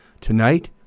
tonight